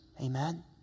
Amen